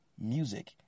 Music